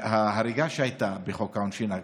ההריגה שהייתה בחוק העונשין הקודם.